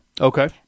Okay